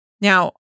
Now